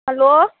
hello